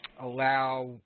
allow